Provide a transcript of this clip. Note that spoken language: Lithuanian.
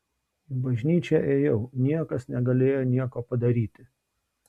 į bažnyčią ėjau niekas negalėjo nieko padaryti